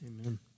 Amen